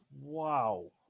wow